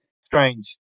strange